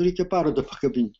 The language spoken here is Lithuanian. reikia parodą pakabinti